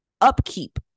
upkeep